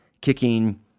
kicking